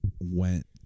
went